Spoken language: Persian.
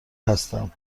هستم